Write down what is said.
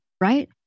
right